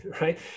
right